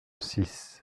six